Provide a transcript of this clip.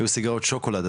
היו סיגריות שוקולד,